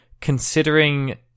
considering